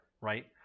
right